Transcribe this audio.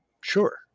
Sure